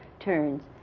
turns,